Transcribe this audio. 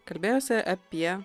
kalbėjosi apie